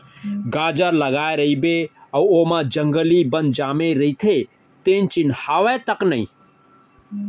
गाजर लगाए रइबे अउ ओमा जंगली बन जामे रइथे तेन चिन्हावय तक नई